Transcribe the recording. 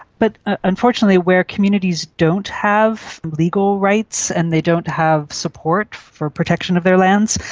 but unfortunately where communities don't have legal rights and they don't have support for protection of their lands,